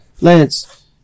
Lance